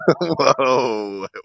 Whoa